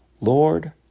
Lord